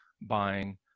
buying